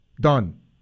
done